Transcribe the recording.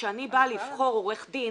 כשאני באה לבחור עורך דין,